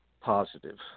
positive